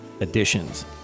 additions